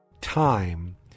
time